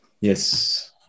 Yes